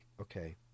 okay